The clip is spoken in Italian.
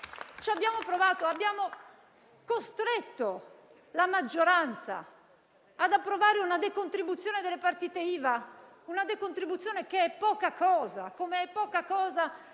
Abbiamo costretto la maggioranza ad approvare una decontribuzione delle partite IVA, una decontribuzione che è poca cosa. Come è poca cosa